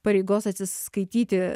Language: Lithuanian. pareigos atsiskaityti